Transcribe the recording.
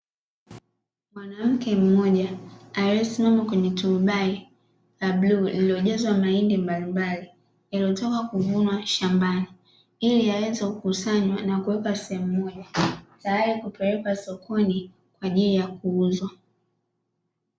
Mwanamke mmoja aliye simama kwenye turubali la bluu lililojazwa mahindi mbalimbali yaliyotoka kuvunwa shambani, ili yaweze kukusanywa sehemu moja tayari kupelekwa sokoni kwa ajili ya kuuzwa.